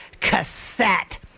cassette